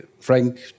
frank